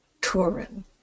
Turin